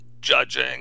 judging